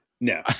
no